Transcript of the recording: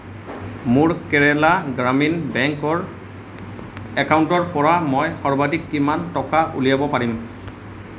মোৰ কেৰেলা গ্ৰামীণ বেংকৰ একাউণ্টৰ পৰা মই সৰ্বাধিক কিমান টকা উলিয়াব পাৰোঁ